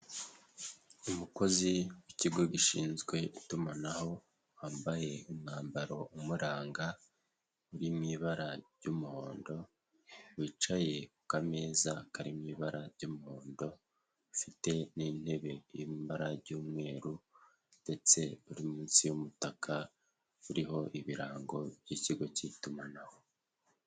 Umukozi w'ikigo gishinzwe itumanaho, wambaye umwambaro umuranga uri mu ibara ry'umuhondo wicaye ku kameza kari mu ibara ry'umuhondo, ufite n'intebe iri mu ibara ry'umweru ndetse uri munsi y'umutaka uriho ibirango by'ikigo cy'itumanaho.